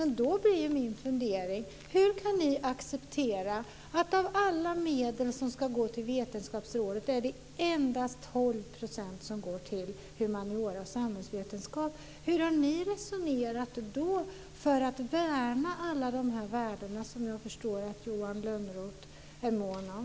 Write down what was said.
Men då blir min fundering: Hur kan ni acceptera att det av alla medel som ska gå till Vetenskapsrådet endast är 12 % som går till humaniora och samhällsvetenskap? Hur har ni resonerat då för att värna alla de här värden som jag förstår att Johan Lönnroth är mån om?